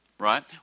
Right